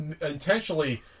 intentionally